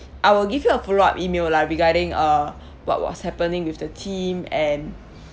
I will give you a follow-up email lah regarding uh what was happening with the team and